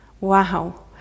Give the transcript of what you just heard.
Wow